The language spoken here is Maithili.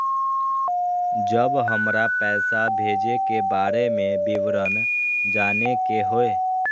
जब हमरा पैसा भेजय के बारे में विवरण जानय के होय?